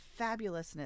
fabulousness